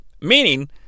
meaning